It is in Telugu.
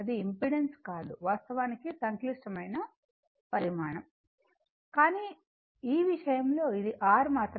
ఇది ఇంపెడెన్స్ కాదు వాస్తవానికి సంక్లిష్టమైన పరిమాణం కానీ ఈ విషయంలో ఇది R మాత్రమే